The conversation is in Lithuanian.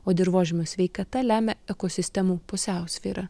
o dirvožemio sveikata lemia ekosistemų pusiausvyrą